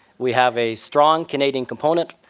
we have a strong canadian component,